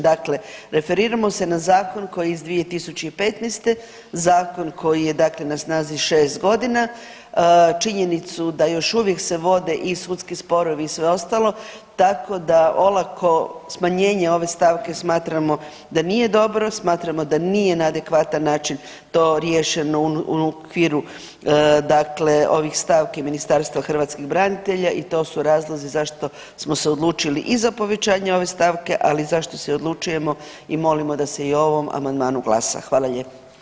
Dakle, referiramo se na zakon koji je iz 2015., zakon koji je na snazi šest godina, činjenicu da još uvijek se vode i sudski sporovi i sve ostalo, tako da olako smanjenje ove stavke smatramo da nije dobro, smatramo da nije na adekvatan način to riješeno u okviru ovih stavki Ministarstva hrvatskih branitelja i to su razlozi zašto smo se odlučili i za povećanje ove stavke, ali zašto se odlučujemo i molimo da se i o ovom amandmanu glasa.